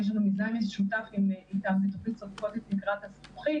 ויש לנו מיזם משותף איתם בתוכנית "סודקות את תקרת הזכוכית",